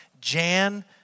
Jan